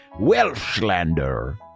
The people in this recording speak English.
Welshlander